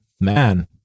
man